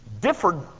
differed